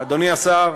אדוני השר,